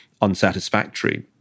unsatisfactory